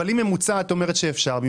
אבל אם את אומרת שאפשר לעשות ממוצע,